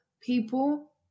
people